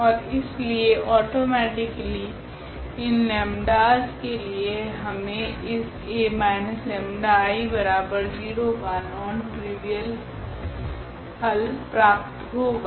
ओर इसलिए औटोमेटिकली इन lambdas 𝜆's के लिए हमे इस 𝐴−𝜆𝐼0 का नॉन ट्रिवियल हल प्राप्त होगा